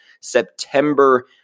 September